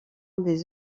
des